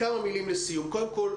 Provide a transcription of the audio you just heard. קודם כל,